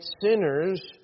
sinners